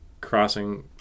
crossing